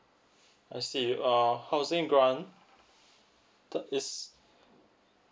I see uh housing grant that is